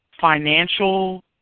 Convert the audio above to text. financial